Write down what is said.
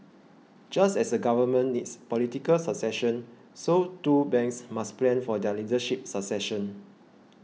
just as a Government needs political succession so too banks must plan for their leadership succession